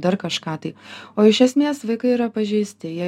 dar kažką tai o iš esmės vaikai yra pažeisti jie